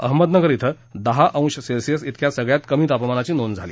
अहमदनगर इथं दहा अंश सेल्सिअस इतक्या सगळ्यात कमी तापमानाची नोंद झाली